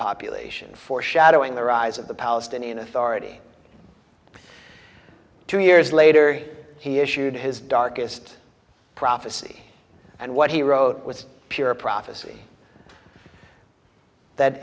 population foreshadowing the rise of the palestinian authority two years later he issued his darkest prophecy and what he wrote was pure prophecy that